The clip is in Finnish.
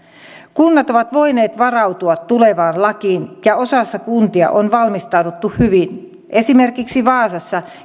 kunnat ovat voineet varautua tulevaan lakiin ja osassa kuntia on valmistauduttu hyvin esimerkiksi vaasassa